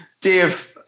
Dave